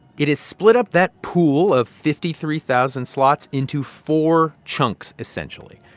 it has split up that pool of fifty three thousand slots into four chunks, essentially.